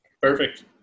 Perfect